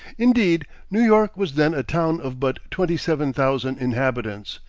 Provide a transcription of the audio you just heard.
indeed, new york was then a town of but twenty-seven thousand inhabitants,